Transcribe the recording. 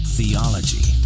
Theology